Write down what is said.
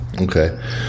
Okay